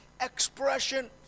expression